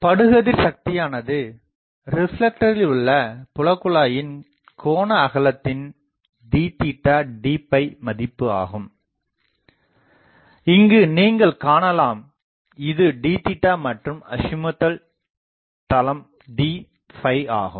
படுகதிர் சக்தியானது ரிப்லெக்டரில் உள்ள புலகுழாயின் கோணஅகலத்தின் dd மதிப்பு ஆகும் இங்கு நீங்கள் காணலாம் இதுd மற்றும் அஷிமூத்தல் தலம் d ஆகும்